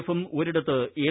എഫും ഒരിടത്ത് എൽ